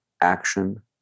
action